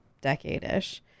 decade-ish